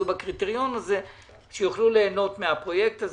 בקריטריון הזה יוכלו ליהנות מהפרויקט הזה.